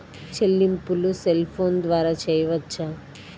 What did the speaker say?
చెల్లింపులు cell phone ద్వారా చేయవచ్చా?